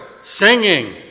singing